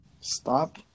Stop